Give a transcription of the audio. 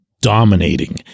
dominating